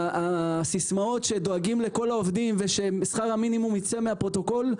הסיסמאות שדואגים לכל העובדים וששכר המינימום ייצא מהפרוטוקול,